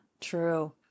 True